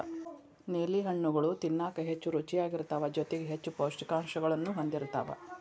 ನೇಲಿ ಹಣ್ಣುಗಳು ತಿನ್ನಾಕ ಹೆಚ್ಚು ರುಚಿಯಾಗಿರ್ತಾವ ಜೊತೆಗಿ ಹೆಚ್ಚು ಪೌಷ್ಠಿಕಾಂಶಗಳನ್ನೂ ಹೊಂದಿರ್ತಾವ